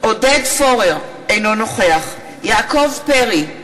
אינו נוכח יעקב פרי,